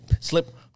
slip